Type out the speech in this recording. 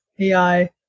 AI